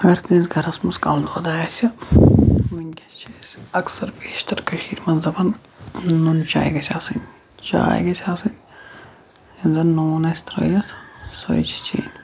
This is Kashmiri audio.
اگر کٲنٛسہِ گَرَس منٛز کَلہٕ دود آسہِ وٕنۍکٮ۪س چھِ أسۍ اکثر بیشتر کٔشیٖرِ منٛز دَپان نُن چاے گژھِ آسٕنۍ چاے گژھِ آسٕنۍ یَتھ زَن نوٗن آسہِ ترٛٲیِتھ سوے چھِ چیٚنۍ